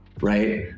Right